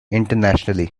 internationally